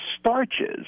starches